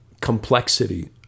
complexity